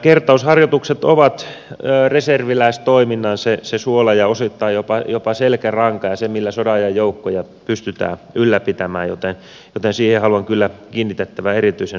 kertausharjoitukset ovat reserviläistoiminnan suola ja osittain jopa selkäranka ja se millä sodanajan joukkoja pystytään ylläpitämään joten siihen haluan kyllä kiinnitettävän erityisen suurta huomiota